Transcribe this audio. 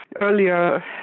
earlier